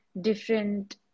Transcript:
different